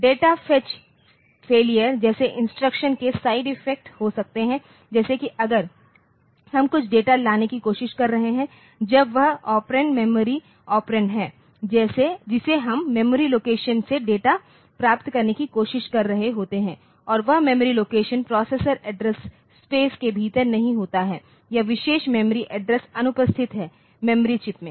data fetch failure जैसे instruction के side effect हो सकते हैं जैसे कि अगर हम कुछ डेटा लाने की कोशिश कर रहे हैं जब वह ऑपरेंड मेमोरी ऑपरेंड है जिसे हम मेमोरी लोकेशन से डेटा प्राप्त करने की कोशिश कर रहे होते हैं और वह memory location processor address space के भीतर नहीं होता है या विशेष मेमोरी एड्रेस अनुपस्थित है मेमोरी चिप में